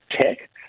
tech